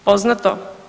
Poznato?